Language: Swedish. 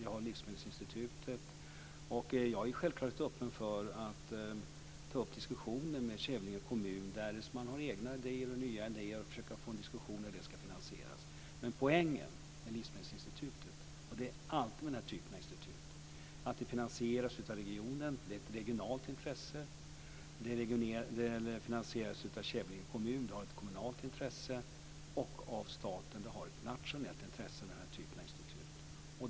Vi har Livsmedelsinstitutet. Jag är självklart öppen för att ta upp diskussioner med Kävlinge kommun därest man har egna, nya idéer och försöka få en diskussion om hur det ska finansieras. Poängen med Livsmedelsinsitutet - och det gäller alltid för den här typen av institut - är att det finansieras av regionen och är ett regionalt intresse. Det finansieras av Kävlinge kommun och är ett kommunalt intresse, och av staten och är ett nationellt intresse.